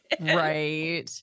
right